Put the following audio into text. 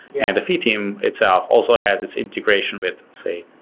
and the feed team itself also has its integration with say,